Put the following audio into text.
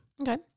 Okay